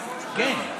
כן,